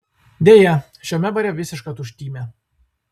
deja šiame bare visiška tuštymė